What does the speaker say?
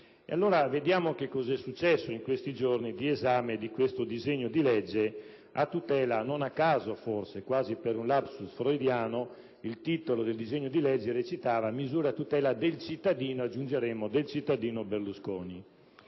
Vediamo cosa è successo in questi giorni di esame del disegno di legge. Non a caso, forse, quasi per un *lapsus* freudiano, il titolo del disegno di legge recitava "misure per la tutela del cittadino" (aggiungeremmo: del cittadino Berlusconi).